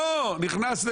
נכנס,